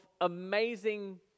amazing